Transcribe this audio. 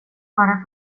bara